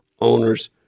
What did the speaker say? owners